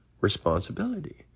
responsibility